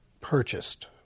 purchased